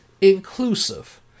inclusive